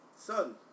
Son